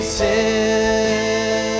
sin